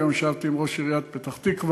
היום ישבתי עם ראש עיריית פתח-תקווה